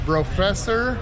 Professor